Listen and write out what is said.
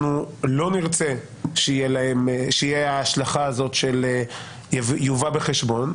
לא נרצה שתהיה ההשלכה הזאת של "יובא בחשבון".